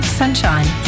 sunshine